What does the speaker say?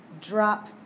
drop